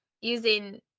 using